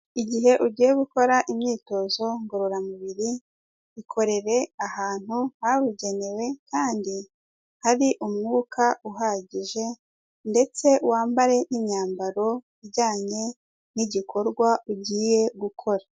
Igihe ugiye gukora imyitozo ngororamubiri, yikorere ahantu habugenewe kandi hari umwuka uhagije ndetse wambare n'imyambaro ijyanye n'igikorwa ugiye gukora.